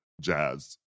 jazz